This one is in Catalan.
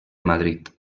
madrid